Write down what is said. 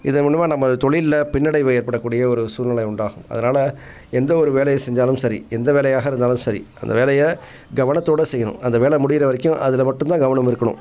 இதன் மூலயமா நம்ம தொழில்ல பின்னடைவு ஏற்படக்கூடிய ஒரு சூழ்நிலை உண்டாகும் அதனால் எந்த ஒரு வேலையை செஞ்சாலும் சரி எந்த வேலையாக இருந்தாலும் சரி அந்த வேலையை கவனத்தோட செய்யணும் அந்த வேலை முடிகிற வரைக்கும் அதில் மட்டுந்தான் கவனம் இருக்கணும்